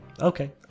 okay